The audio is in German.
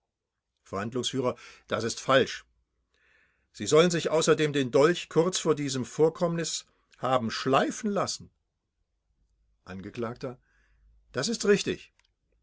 verhandlungsf das ist falsch sie sollen sich außerdem den dolch kurz vor diesem vorkommnis haben schleifen lassen angekl das ist richtig